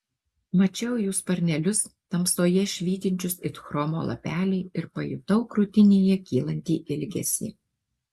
mačiau jų sparnelius tamsoje švytinčius it chromo lapeliai ir pajutau krūtinėje kylantį ilgesį